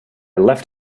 left